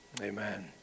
Amen